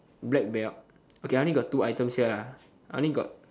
black belt okay I only got two items here ah I only got